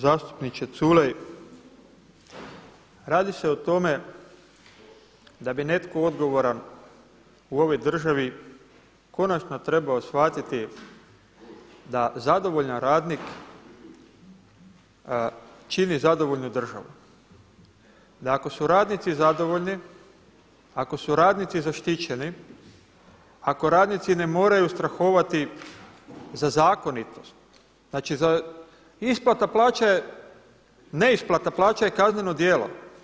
Zastupniče Culej, radi se o tome da bi netko odgovoran u ovoj državi konačno trebao shvatiti da zadovoljan radnik čini zadovoljnu državu, da ako su radnici zadovoljni, ako su radnici zaštićeni, ako radnici ne moraju strahovati za zakonitost, znači isplata plaća je, neisplata plaća je kazneno djelo.